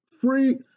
free